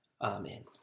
Amen